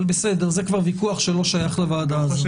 אבל, בסדר, זה כבר ויכוח שלא שייך לוועדה הזאת.